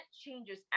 changes